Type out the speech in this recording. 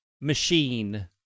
machine